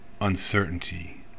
uncertainty